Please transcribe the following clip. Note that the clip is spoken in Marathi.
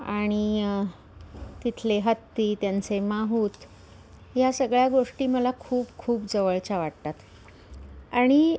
आणि तिथले हत्ती त्यांचे माहूत या सगळ्या गोष्टी मला खूप खूप जवळच्या वाटतात आणि